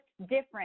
different